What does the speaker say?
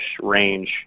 range